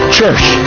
church